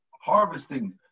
harvesting